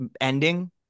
ending